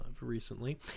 recently